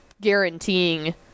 guaranteeing